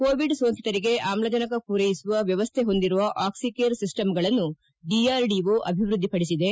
Covid ಸೋಂಕಿತರಿಗೆ ಆಮ್ಲಜನಕ ಪೂರೈಸುವ ವ್ಹವಸ್ಥೆ ಹೊಂದಿರುವ ಆಕ್ಲಿಕೇರ್ ಸಿಸ್ಸಂಗಳನ್ನು ಡಿಆರ್ಡಿಟ ಅಭಿವ್ಯದ್ವಿಪಡಿಸಿದೆ